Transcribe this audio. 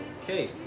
Okay